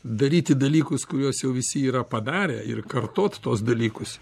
daryti dalykus kuriuos jau visi yra padarę ir kartot tuos dalykus